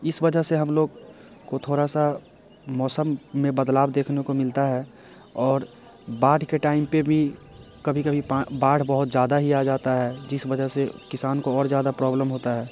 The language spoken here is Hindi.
इस वजह से हम लोग को थोड़ा सा मौसम में बदलाव देखने को मिलता है और बाढ़ के टाइम पर भी कभी कभी पा बाढ़ बहुत ज़्यादा ही आ जाती है जिस वजह से किसान को और ज़्यादा प्रॉब्लम होती है